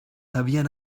habían